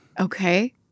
Okay